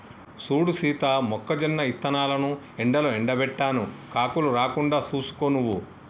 సూడు సీత మొక్కజొన్న ఇత్తనాలను ఎండలో ఎండబెట్టాను కాకులు రాకుండా సూసుకో నువ్వు